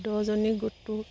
দহজনী গোটটোত